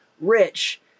rich